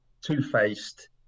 two-faced